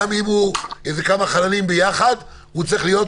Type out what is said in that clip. גם אם הוא כמה חללים ביחד, צריך להיות